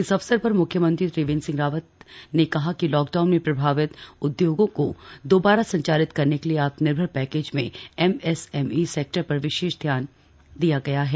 इस अवसर पर म्ख्यमंत्री त्रिवेंद्र सिंह ने कहा कि लॉकडाउन में प्रभावित उद्योगों को दोबारा संचालित करने के लिए आत्मनिर्भर पैकेज में एमएसएमई सेक्टर पर विशेष ध्यान दिया गया है